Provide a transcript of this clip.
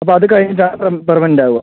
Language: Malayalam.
അപ്പോൾ അത് കഴിഞ്ഞിട്ടാണ് പെർമനന്റ് ആവുക